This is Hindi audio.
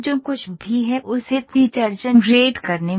जो कुछ भी है उसे फीचर जनरेट करने में